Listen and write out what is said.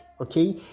okay